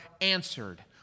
answered